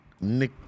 Nick